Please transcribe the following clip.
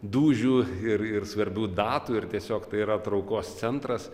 dūžių ir ir svarbių datų ir tiesiog tai yra traukos centras